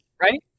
right